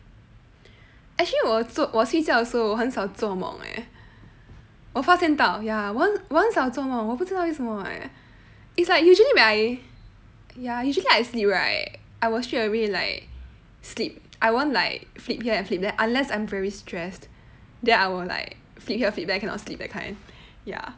actually 我做我睡觉的时候我很少做梦 eh 我发现到 ya 我很少做梦做我不知道为什么 eh it's like usually when I ya usually I sleep right I will straightaway like sleep I won't like flip here and flip there unless I'm very stressed then I will like flip here flip there cannot sleep that kind ya